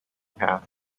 path